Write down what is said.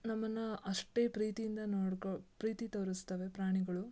ನಮ್ಮನ್ನು ಅಷ್ಟೇ ಪ್ರೀತಿಯಿಂದ ನೋಡ್ಕೊ ಪ್ರೀತಿ ತೋರಿಸ್ತವೆ ಪ್ರಾಣಿಗಳು